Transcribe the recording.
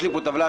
יש לי פה טבלה,